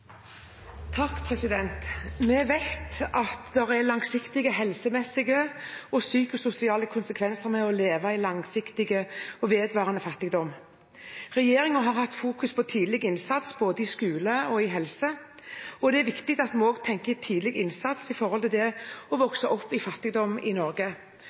Vi vet at det har langsiktige helsemessige og psykososiale konsekvenser å leve i langsiktig og vedvarende fattigdom. Regjeringen har fokusert på tidlig innsats, både i skolen og innen helse. Det er viktig at vi også tenker tidlig innsats når det gjelder det å vokse opp i fattigdom i Norge,